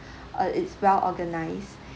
uh it's well organized